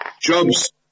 jobs